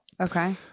okay